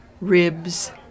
ribs